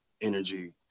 energy